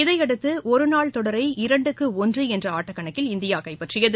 இதையடுத்து ஒருநாள் தொடரை இரண்டுக்கு ஒன்று என்ற ஆட்டக்கணக்கில் இந்தியா கைப்பற்றியது